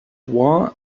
war